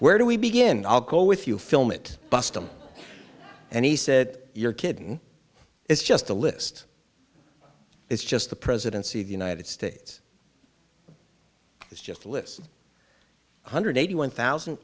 where do we begin i'll go with you film it bust him and he said you're kidding it's just a list it's just the presidency of the united states is just listen one hundred eighty one thousand